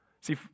See